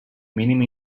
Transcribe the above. mínim